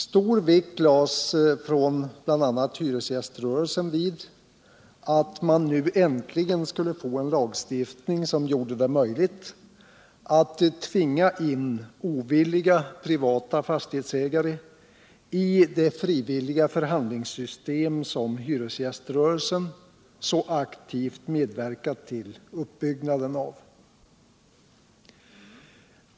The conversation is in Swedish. Stor vikt lades av bl.a. hyresgäströrelsen vid att man nu äntligen skulle få en lagstiftning som gjorde det möjligt att tvinga in ovilliga privata fastighetsägare i det frivilliga förhandlingssystem som hyresgäströrelsen så aktivt medverkat till uppbyggnaden av.